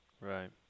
Right